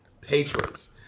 patrons